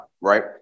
right